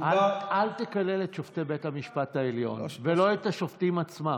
אבל אל תקלל את שופטי בית המשפט העליון ולא את השופטים עצמם.